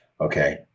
Okay